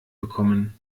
bekommen